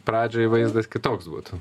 pradžioj vaizdas kitoks būtų